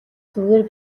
зүгээр